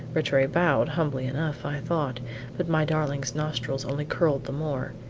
rattray bowed, humbly enough, i thought but my darling's nostrils only curled the more.